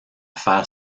faire